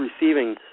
receiving